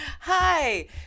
Hi